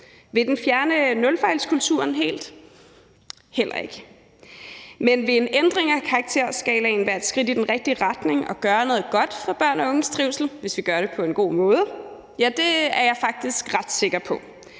Vil den fjerne nulfejlskulturen helt? Heller ikke. Men vil en ændring af karakterskalaen være et skridt i den rigtige retning og gøre noget godt for børns og unges trivsel, hvis vi gør det på en god måde? Ja, det er jeg faktisk ret sikker på,